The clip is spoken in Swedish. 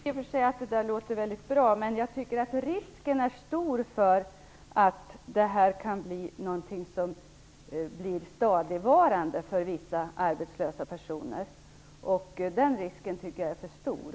Herr talman! Jag tycker i och för sig att det låter bra. Men det finns en risk för att verksamheten blir stadigvarande för vissa arbetslösa personer. Den risken tycker jag är för stor.